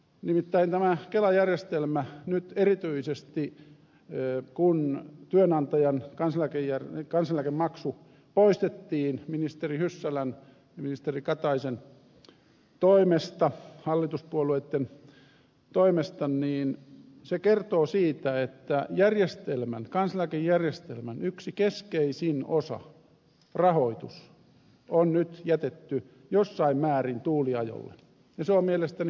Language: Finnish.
nimittäin tämä kelajärjestelmä nyt erityisesti kun työnantajan kansaneläkemaksu poistettiin ministeri hyssälän ja ministeri kataisen toimesta hallituspuolueitten toimesta niin se kertoo siitä että kansaneläkejärjestelmän yksi keskeisin osa rahoitus on nyt jätetty jossain määrin tuuliajolle ja se on mielestäni hyvin vakava kysymys